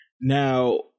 Now